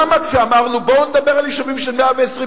למה כשאמרנו: בואו נדבר על יישובים של 120,